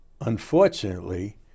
Unfortunately